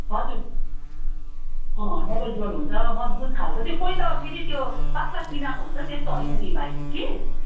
हजुर double door हुन्छ मजबुत खालको त्यो कोही त फेरि त्यो पातला टिनाको हुन्छ त्यस्तो होइन नि भाइ कि